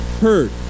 heard